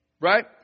Right